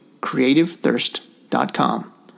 CreativeThirst.com